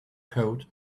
coat